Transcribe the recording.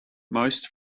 most